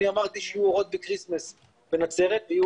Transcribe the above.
אני אמרתי שיהיו עוד בכריסמס בנצרת ויש